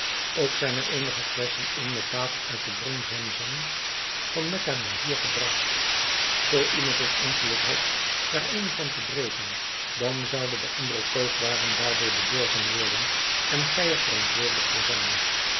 ook zijn er eenigen flesschen in met water uit de bron zemzem van mekka naar hier gebragt zoo iemand het ongeluk had daar eene van te breken dan zouden de andere koopwaren daardoor bedorven worden en gij er verantwoordelijk voor zijn